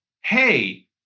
hey